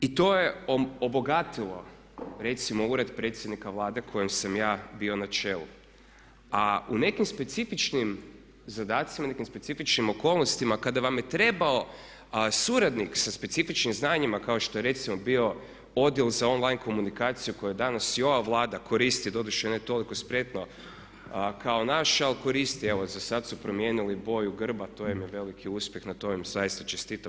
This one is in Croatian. I to je obogatilo recimo ured predsjednika Vlade kojem sam ja bio na čelu a u nekim specifičnim zadacima, nekim specifičnim okolnostima kada vam je trebao suradnik sa specifičnim znanjima kao što je recimo bio odjel za online komunikaciju koju danas i ova Vlada koristi doduše ne toliko spretno kao naša ali koristi, evo za sad su promijenili boju grba, to vam je veliki uspjeh, na tome vam zaista čestitam.